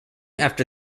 after